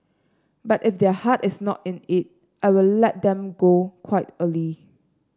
but if their heart is not in it I will let them go quite early